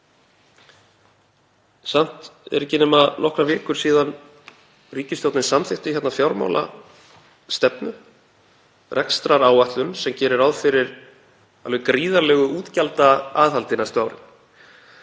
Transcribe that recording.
Samt eru ekki nema nokkrar vikur síðan ríkisstjórnin samþykkti hérna fjármálastefnu, rekstraráætlun sem gerir ráð fyrir alveg gríðarlegu útgjaldaaðhaldi næstu árin.